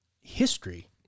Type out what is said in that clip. history